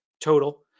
total